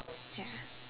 ya